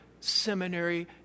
seminary